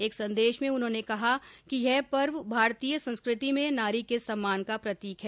एक संदेश में उन्होंने कहा कि यह पर्व भारतीय संस्कृति में नारी के सम्मान का प्रतीक है